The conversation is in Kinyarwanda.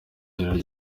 irengero